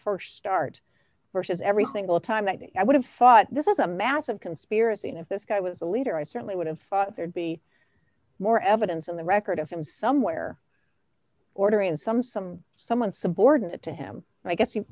vs every single time that i would have thought this was a massive conspiracy and if this guy was a leader i certainly would have thought there'd be more evidence on the record of him somewhere ordering some some someone subordinate to him i guess you